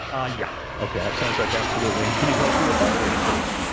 ah, yeah. okay. sounds like absolutely. and can you tell us who your partner is, please?